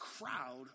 crowd